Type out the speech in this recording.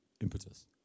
impetus